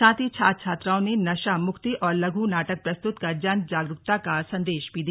साथ ही छात्र छात्राओं ने नशा मुक्ति पर लघ् नाटक प्रस्तुत कर जन जागरूकता का संदेश भी दिया